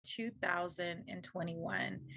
2021